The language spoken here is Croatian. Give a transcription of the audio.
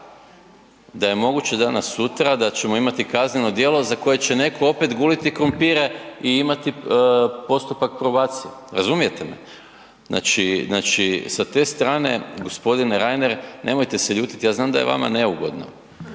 da je moguće danas sutra da ćemo imati kazneno djelo za koje će neko opet guliti krumpire i imati postupak probacije, razumijete me, znači, znači sa te strane g. Reiner nemojte se ljutit, ja znam da je vama neugodno